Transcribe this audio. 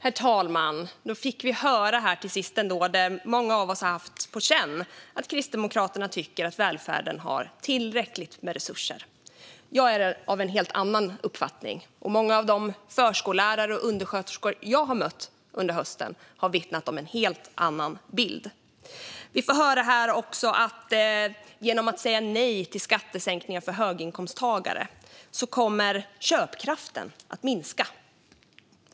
Herr talman! Då fick vi till sist höra det som många av oss har haft på känn: Kristdemokraterna tycker att välfärden har tillräckligt med resurser. Jag är av en helt annan uppfattning, och många av de förskollärare och undersköterskor som jag har mött under hösten har vittnat om en helt annan bild. Vi har också fått höra att om man säger nej till skattesänkningar för höginkomsttagare kommer köpkraften att minska